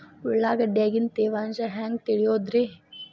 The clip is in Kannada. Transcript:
ಉಳ್ಳಾಗಡ್ಯಾಗಿನ ತೇವಾಂಶ ಹ್ಯಾಂಗ್ ತಿಳಿಯೋದ್ರೇ?